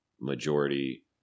majority